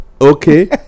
Okay